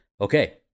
Okay